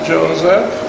Joseph